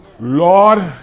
Lord